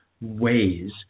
ways